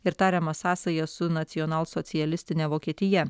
ir tariamas sąsajas su nacionalsocialistine vokietija